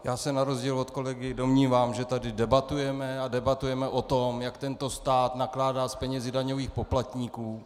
Já se na rozdíl od kolegy domnívám, že tady debatujeme a debatujeme o tom, jak tento stát nakládá s penězi daňových poplatníků.